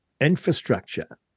infrastructure